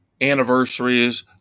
Anniversaries